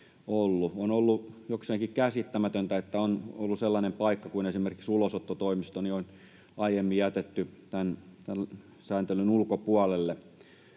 On ollut jokseenkin käsittämätöntä, että on ollut sellainen paikka kuin esimerkiksi ulosottotoimisto, joka on aiemmin jätetty tämän sääntelyn ulkopuolelle.